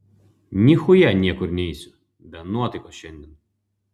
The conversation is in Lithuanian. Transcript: nichuja niekur neisiu be nuotaikos šiandien